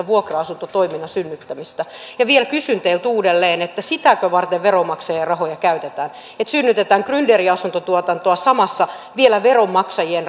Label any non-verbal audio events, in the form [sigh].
[unintelligible] vuokra asuntotoiminnan synnyttämistä ja vielä kysyn teiltä uudelleen sitäkö varten veronmaksajien rahoja käytetään että synnytetään grynderiasuntotuotantoa samalla vielä veronmaksajien [unintelligible]